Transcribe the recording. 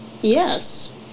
yes